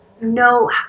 No